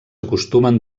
acostumen